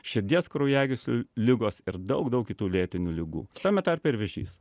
širdies kraujagyslių ligos ir daug daug kitų lėtinių ligų tame tarpe ir vėžys